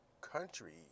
country